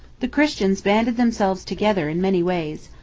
the christians banded themselves together in many ways,